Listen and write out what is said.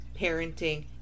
parenting